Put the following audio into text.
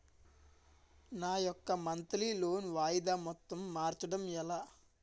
నా యెక్క monthly loan వాయిదా మొత్తం మార్చడం ఎలా?